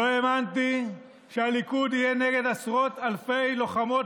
לא האמנתי שהליכוד יהיה נגד עשרות אלפי לוחמות